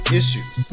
issues